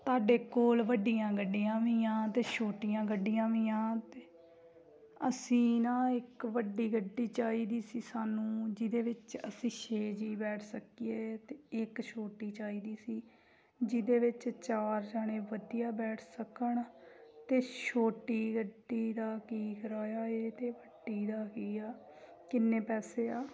ਤੁਹਾਡੇ ਕੋਲ ਵੱਡੀਆਂ ਗੱਡੀਆਂ ਵੀ ਆ ਅਤੇ ਛੋਟੀਆਂ ਗੱਡੀਆਂ ਵੀ ਆ ਤੇ ਅਸੀਂ ਨਾ ਇੱਕ ਵੱਡੀ ਗੱਡੀ ਚਾਹੀਦੀ ਸੀ ਸਾਨੂੰ ਜਿਹਦੇ ਵਿੱਚ ਅਸੀਂ ਛੇ ਜੀਅ ਬੈਠ ਸਕੀਏ ਅਤੇ ਇੱਕ ਛੋਟੀ ਚਾਹੀਦੀ ਸੀ ਜਿਹਦੇ ਵਿੱਚ ਜਣੇ ਵਧੀਆ ਬੈਠ ਸਕਣ ਤਾਂ ਛੋਟੀ ਗੱਡੀ ਦਾ ਕੀ ਕਰਾਇਆ ਹੈ ਅਤੇ ਵੱਡੀ ਦਾ ਕੀ ਆ ਕਿੰਨੇ ਪੈਸੇ ਆ